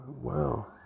Wow